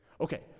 Okay